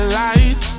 light